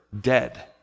dead